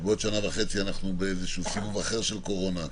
שבעוד שנה וחצי אנחנו נהיה באיזה סבב אחר של קורונה,